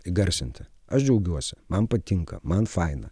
įgarsinti aš džiaugiuosi man patinka man faina